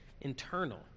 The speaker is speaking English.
internal